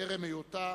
טרם היותה